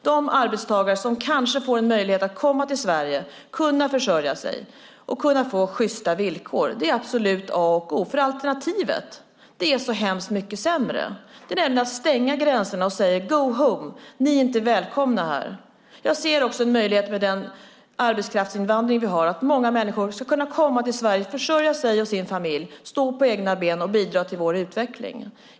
Att arbetstagarna får möjlighet att komma till Sverige, försörja sig och få sjysta villkor är absolut A och O. Alternativet är så mycket sämre, nämligen att stänga gränserna och säga: Go home! Ni är inte välkomna här! Jag ser också att den arbetskraftsinvandring vi har ger möjlighet för många människor att komma till Sverige, försörja sig och sin familj, stå på egna ben och bidra till vår utveckling.